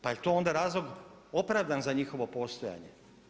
Pa jel to onda razlog opravdan za njihovo postojanje?